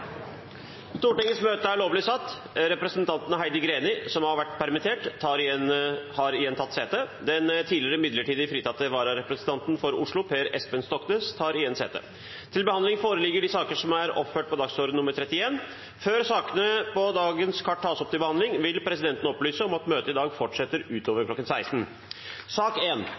Representanten Heidi Greni , som har vært permittert, har igjen tatt sete. Den tidligere midlertidig fritatte vararepresentanten for Oslo, Per Espen Stoknes, tar sete. Før sakene på dagens kart tas opp til behandling, vil presidenten opplyse om at møtet i dag fortsetter utover kl. 16.